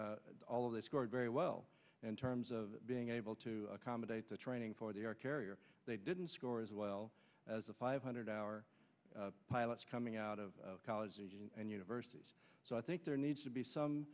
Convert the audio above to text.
were all of this scored very well in terms of being able to accommodate the training for the air carrier they didn't score as well as the five hundred hour pilots coming out of college and universities so i think there needs to be some